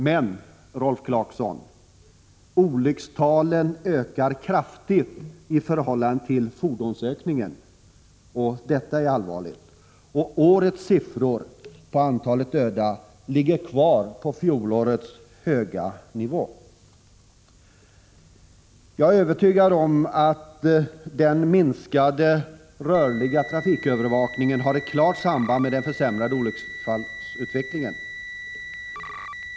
Men, Rolf Clarkson, antalet olyckor ökar kraftigt i förhållande till ökningen av antalet fordon! Detta är allvarligt. Årets siffror för antalet dödade ligger kvar på fjolårets höga nivå. Jag är övertygad om att den minskade övervakningen av den rörliga trafiken har ett klart samband med den försämrade olycksutvecklingen.